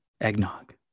Eggnog